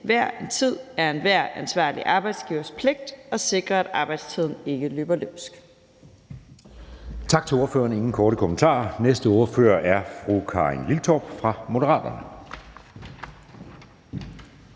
hver en tid er enhver ansvarlig arbejdsgivers pligt at sikre, at arbejdstiden ikke løber løbsk.